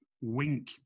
Wink